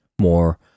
more